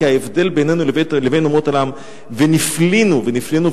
כי ההבדל בינינו לבין אומות עולם: "ונפלינו" ונפלינו,